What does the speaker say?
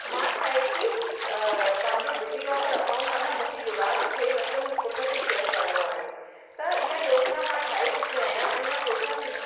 मां छा आहे की पंहिंजो डिजिलॉकर अकाउंट आहे न मूंखे युवराज खे मतिलब मुंहिंजे पुटु खे शेयर करिणो आहे त ईअं योजना मां ठाहे चुकी आहियां ऐं मां सोचा थी